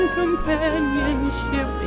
companionship